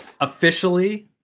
officially